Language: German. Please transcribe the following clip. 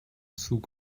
zug